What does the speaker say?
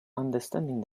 understanding